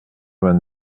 vingt